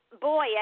boy